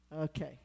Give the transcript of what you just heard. Okay